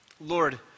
Lord